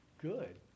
good